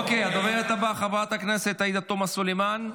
הדוברת הבאה, חברת הכנסת עאידה תומא סלימאן,